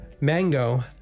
Mango